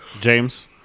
James